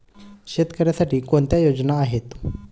शेतकऱ्यांसाठी कोणत्या योजना आहेत?